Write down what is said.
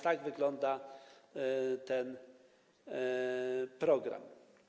Tak wygląda ten program.